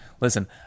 Listen